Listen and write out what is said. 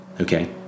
Okay